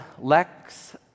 lex